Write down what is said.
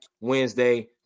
Wednesday